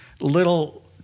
Little